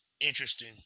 interesting